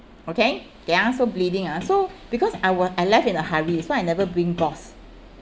okay okay ah so bleeding ah so because I was I left in a hurry so I never bring gauze